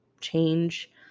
change